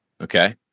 okay